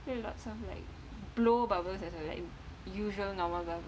play lots of like blow bubbles as I like usual normal bubbles